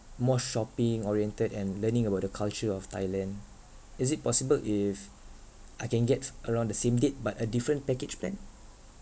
more shopping oriented and learning about the culture of thailand is it possible if I can get around the same date but a different package plan